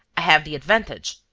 i have the advantage,